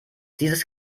dieses